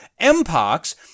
MPOX